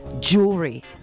jewelry